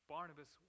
Barnabas